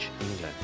England